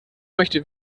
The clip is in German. möchte